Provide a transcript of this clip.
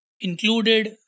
included